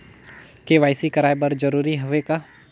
KYC कराय बर जरूरी हवे का?